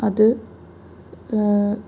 അത്